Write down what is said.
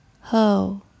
Ho